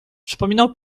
przypominał